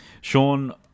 Sean